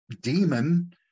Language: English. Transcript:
demon